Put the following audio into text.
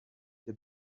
the